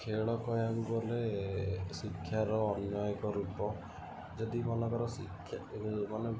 ଖେଳ କହିବାକୁ ଗଲେ ଶିକ୍ଷାର ଅନ୍ୟ ଏକ ରୂପ ଯଦି ମନେକର ଶିକ୍ଷା